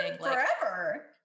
forever